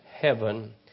heaven